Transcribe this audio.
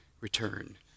return